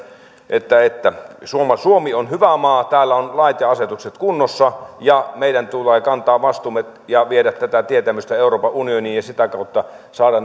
että että suomi on hyvä maa täällä on lait ja asetukset kunnossa ja meidän tulee kantaa vastuumme ja viedä tätä tietämystä euroopan unioniin ja sitä kautta saada